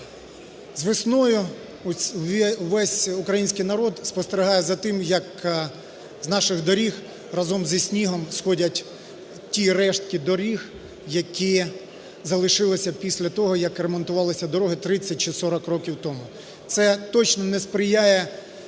З весною весь український народ спостерігає за тим, як з наших доріг разом зі снігом сходять ті рештки доріг, які залишились після того, як ремонтувались дороги 30 чи 40 років тому. Це точно не сприяє